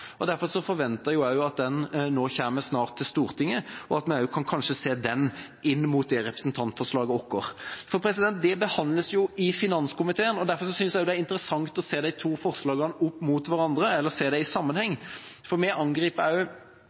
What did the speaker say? snart kommer til Stortinget, og at vi kanskje også kan se på den inn mot representantforslaget vårt. Det behandles i finanskomiteen, og jeg synes det er interessant å se de to forslagene opp mot hverandre, se dem i sammenheng, se på innfallsvinkelen, se på økonomibiten og følge pengene – for